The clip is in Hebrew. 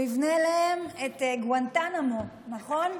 הוא יבנה להם את גואנטנמו, נכון?